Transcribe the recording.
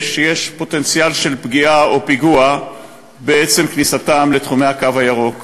שיש פוטנציאל של פגיעה או פיגוע בעצם כניסתם לתחומי הקו הירוק.